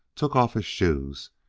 took off his shoes,